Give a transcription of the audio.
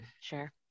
sure